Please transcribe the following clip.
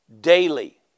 daily